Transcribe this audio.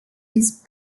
his